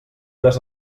les